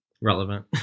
Relevant